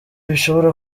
bishobora